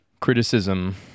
criticism